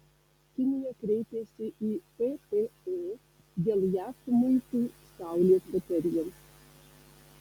kinija kreipėsi į ppo dėl jav muitų saulės baterijoms